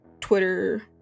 twitter